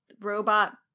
robot